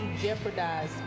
jeopardize